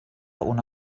una